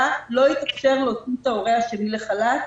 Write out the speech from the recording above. לא יתאפשר להוציא את ההורה השני לחל"ת,